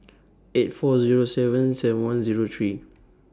eight four Zero seven seven one Zero three